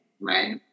Right